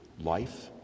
life